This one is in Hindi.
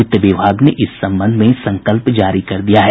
वित्त विभाग ने इस संबंध में संकल्प जारी कर दिया है